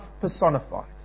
personified